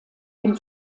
dem